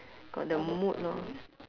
got the mood lor